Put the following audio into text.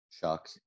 Chuck